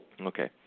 Okay